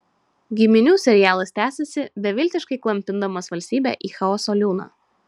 giminių serialas tęsiasi beviltiškai klampindamas valstybę į chaoso liūną